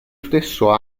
stesso